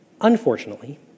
Unfortunately